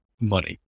Money